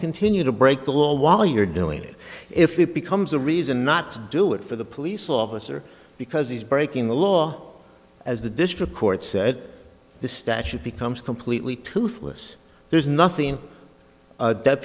continue to break the law while you're doing it if it becomes a reason not to do it for the police officer because he's breaking the law as the district court said the statute becomes completely toothless there's nothing